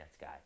guy